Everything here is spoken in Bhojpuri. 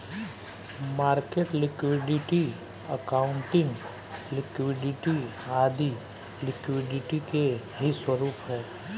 मार्केट लिक्विडिटी, अकाउंटिंग लिक्विडिटी आदी लिक्विडिटी के ही स्वरूप है